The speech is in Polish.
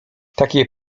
takie